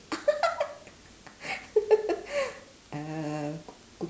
uh